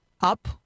up